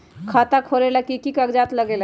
खाता खोलेला कि कि कागज़ात लगेला?